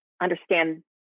understand